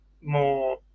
more